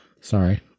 Sorry